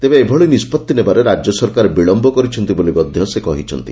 ତେବେ ଏଭଳି ନିଷ୍ବତ୍ତି ନେବାରେ ରାଜ୍ୟ ସରକାର ବିଳମ୍ୟ କରିଛନ୍ତି ବୋଲି ମଧ୍ଧ ସେ କହିଛନ୍ତି